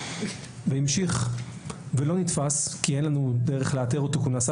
הוא המשיך ולא נתפס כי אין לנו דרך לאתר אותו כי הוא נסע